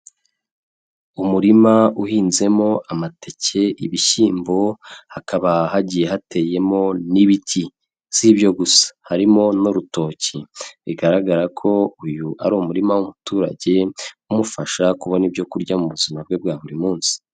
Umurima uhinzemo amateke, ibishyimbo, hakaba hagiye hateyemo n'ibiti, si ibyo gusa harimo n'urutoki bigaragara ko uyu ari umurima w'umuturage umufasha kubona ibyo kurya mu buzima bwe bwa buri munsi.